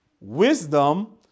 Wisdom